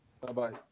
Bye-bye